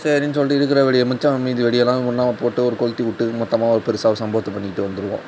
சரின்னு சொல்லிட்டு இருக்கிற வெடியை மிச்சம் மீதி வெடி எல்லாம் ஒன்றா போட்டு ஒரு கொளுத்தி விட்டு மொத்தமாக ஒரு பெரிசா ஒரு சம்பவத்தை பண்ணிவிட்டு வந்துடுவோம்